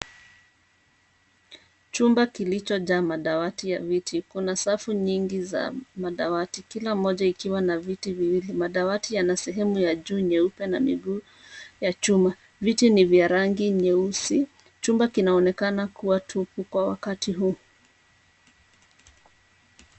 Chumba kilichojaa madawati ya viti. Kuna safu nyingi za madawati, kila mmoja ikiwa na viti viwili. Madawati yana sehemu ya juu nyeupe na miguu ya chuma, viti ni vya rangi nyeusi. Chumba kinaonekana kuwa tupu kwa wakati huu.